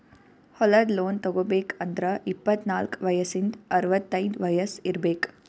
ಹೊಲದ್ ಲೋನ್ ತಗೋಬೇಕ್ ಅಂದ್ರ ಇಪ್ಪತ್ನಾಲ್ಕ್ ವಯಸ್ಸಿಂದ್ ಅರವತೈದ್ ವಯಸ್ಸ್ ಇರ್ಬೆಕ್